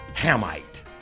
Hamite